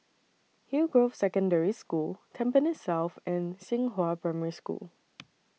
Hillgrove Secondary School Tampines South and Xinghua Primary School